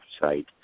site